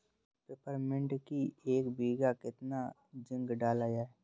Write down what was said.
Peppermint की एक बीघा कितना जिंक डाला जाए?